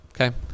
okay